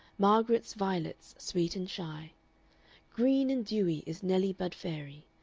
margaret's violets, sweet and shy green and dewy is nellie-bud fairy,